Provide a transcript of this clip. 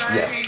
Yes